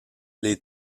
les